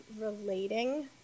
relating